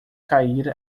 cair